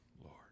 Lord